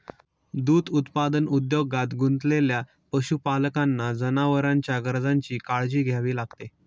दूध उत्पादन उद्योगात गुंतलेल्या पशुपालकांना जनावरांच्या गरजांची काळजी घ्यावी लागते